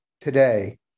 today